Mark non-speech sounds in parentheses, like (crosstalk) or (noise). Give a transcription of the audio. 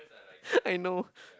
(laughs) I know